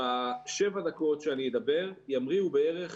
בשבע דקות שאני אדבר, ימריאו בערך